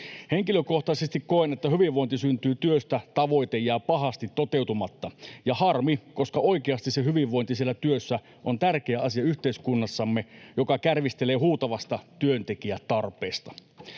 Henkilökohtaisesti koen, että hyvinvointi syntyy työstä ‑tavoite jää pahasti toteutumatta, ja harmi, koska oikeasti se hyvinvointi siellä työssä on tärkeä asia yhteiskunnassamme, joka kärvistelee huutavasta työntekijätarpeesta.